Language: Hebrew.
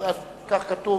כך כתוב.